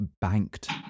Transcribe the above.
banked